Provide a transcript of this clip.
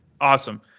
awesome